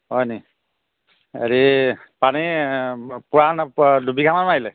হয় নি হেৰি পানী পোৱা নুপুৱা দুবিঘামান মাৰিলে